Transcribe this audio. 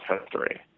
history